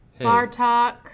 Bartok